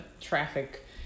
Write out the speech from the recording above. traffic